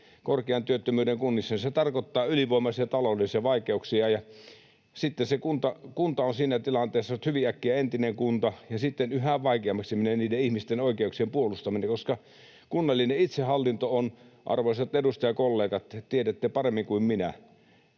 korkean työttömyyden kunnissa, niin se tarkoittaa ylivoimaisia taloudellisia vaikeuksia. Sitten se kunta on siinä tilanteessa, että se on hyvin äkkiä entinen kunta, ja sitten yhä vaikeammaksi menee niiden ihmisten oikeuksien puolustaminen, koska kunnallinen itsehallinto on — arvoisat edustajakollegat, te tiedätte paremmin kuin minä